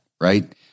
right